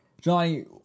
Johnny